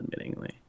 admittingly